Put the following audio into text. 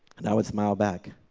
and i would smile back.